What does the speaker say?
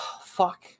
fuck